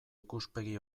ikuspegi